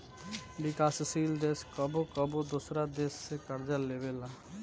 विकासशील देश कबो कबो दोसरा देश से कर्ज लेबेला